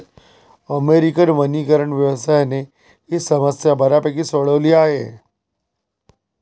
American वनीकरण व्यवसायाने ही समस्या बऱ्यापैकी सोडवली आहे